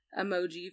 emoji